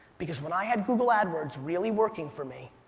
because when i had google adwords really working for me,